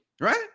Right